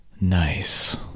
Nice